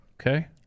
Okay